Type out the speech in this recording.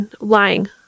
lying